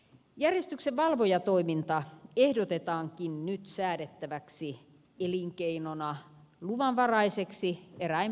järjestyksenvalvojatoiminta ehdotetaankin nyt säädettäväksi elinkeinona luvanvaraiseksi eräin poikkeuksin